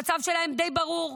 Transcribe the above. המצב שלהם די ברור.